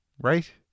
right